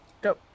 Go